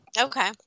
Okay